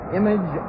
image